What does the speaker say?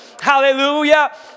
hallelujah